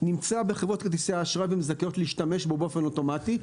נמצא בחברות כרטיסי האשראי והן זכאיות להשתמש בו באופן אוטומטי.